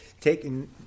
taking